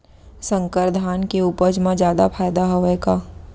संकर धान के उपज मा जादा फायदा हवय का?